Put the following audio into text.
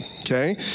Okay